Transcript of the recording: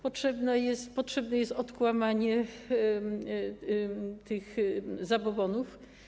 Potrzebne jest odkłamanie tych zabobonów.